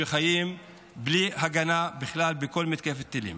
שחיים בלי הגנה בכלל בכל מתקפת טילים.